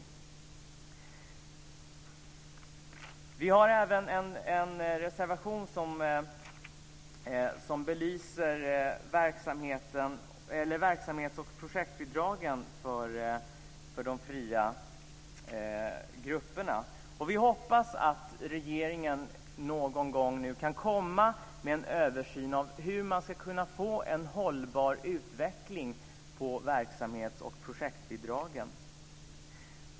Vi har även en reservation som belyser verksamhets och projektbidragen för de fria grupperna och vi hoppas att regeringen någon gång ska kunna komma med en översyn kring hur man kan få en hållbar utveckling vad gäller verksamhets och projektbidragen.